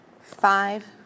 five